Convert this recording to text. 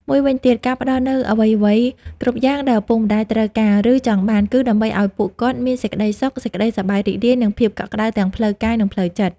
មួយវិញទៀត ការផ្តល់នូវអ្វីៗគ្រប់យ៉ាងដែលឪពុកម្តាយត្រូវការ ឬចង់បាន គឺដើម្បីឲ្យពួកគាត់មានសេចក្តីសុខ សេចក្តីសប្បាយរីករាយ និងភាពកក់ក្តៅទាំងផ្លូវកាយនិងផ្លូវចិត្ត។